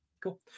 cool